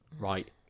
right